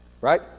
Right